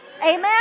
Amen